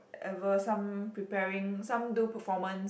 ever some preparing some do performance